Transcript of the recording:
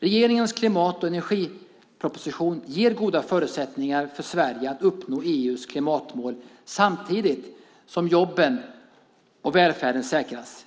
Regeringens klimat och energiproposition ger goda förutsättningar för Sverige att uppnå EU:s klimatmål samtidigt som jobben och välfärden säkras.